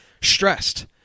stressed